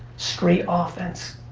straight offense.